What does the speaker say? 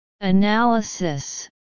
analysis